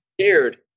scared